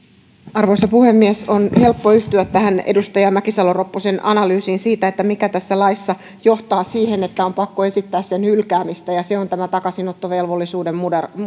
arvoisa puhemies on helppo yhtyä edustaja mäkisalo ropposen analyysiin siitä mikä tässä laissa johtaa siihen että on pakko esittää sen hylkäämistä ja se on takaisinottovelvollisuuden